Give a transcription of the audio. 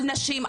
על נשים,